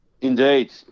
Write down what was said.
Indeed